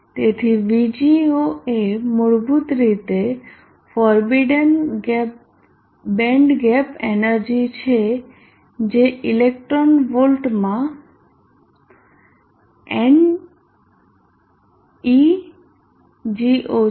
તેથી VGO એ મૂળભૂત રીતે ફોરબીડન બેન્ડ ગેપ એનર્જી છે જે ઇલેક્ટ્રોન વોલ્ટમાં EGO છે